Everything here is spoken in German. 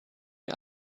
wir